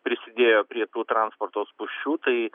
prisidėjo prie tų transporto spūsčių tai